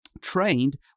trained